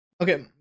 Okay